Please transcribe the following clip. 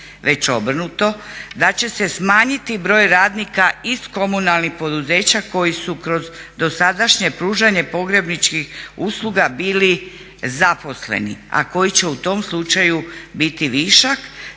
već obrnuto da će se smanjiti broj radnika iz komunalnih poduzeća koji su kroz dosadašnje pružanje pogrebničkih usluga biti zaposleni a koji će u tom slučaju biti višak